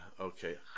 okay